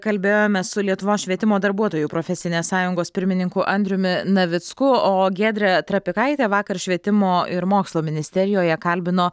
kalbėjome su lietuvos švietimo darbuotojų profesinės sąjungos pirmininku andriumi navicku o giedrė trapikaitė vakar švietimo ir mokslo ministerijoje kalbino